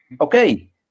okay